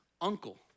uncle